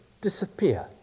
disappear